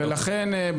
לכן,